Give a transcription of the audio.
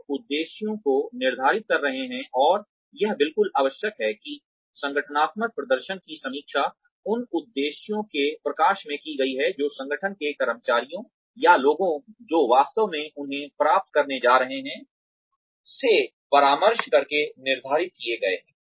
आप उद्देश्यों को निर्धारित कर रहे हैं और यह बिल्कुल आवश्यक है कि संगठनात्मक प्रदर्शन की समीक्षा उन उद्देश्यों के प्रकाश में की गई है जो संगठन के कर्मचारियों या लोगों जो वास्तव में उन्हें प्राप्त करने जा रहे हैं से परामर्श करके निर्धारित किए गए हैं